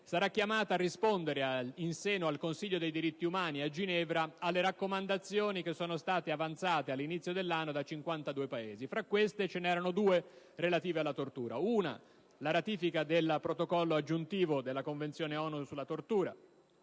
sarà chiamata a rispondere in seno al Consiglio dei diritti umani a Ginevra alle raccomandazioni avanzate dall'inizio dell'anno da 52 Paesi. Fra queste, ve ne erano due relative alla tortura. La prima concerne la ratifica del Protocollo aggiuntivo della Convenzione ONU sulla tortura,